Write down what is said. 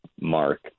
mark